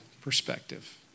perspective